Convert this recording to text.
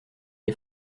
est